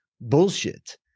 bullshit